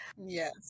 Yes